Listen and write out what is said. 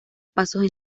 pasos